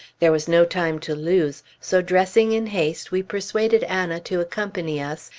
there was no time to lose so dressing in haste, we persuaded anna to accompany us,